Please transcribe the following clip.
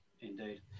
indeed